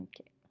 Okay